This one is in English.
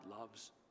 loves